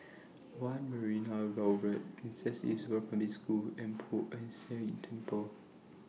one Marina Boulevard Princess Elizabeth Primary School and Poh Ern Shih Temple